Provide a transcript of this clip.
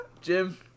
Jim